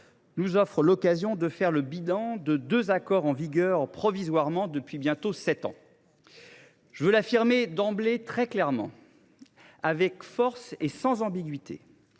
nous offre l’occasion de faire le bilan de deux accords provisoirement en vigueur depuis bientôt sept ans. Je veux l’affirmer d’emblée, très clairement, avec force et sans ambiguïté